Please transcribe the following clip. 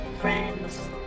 friends